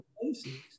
places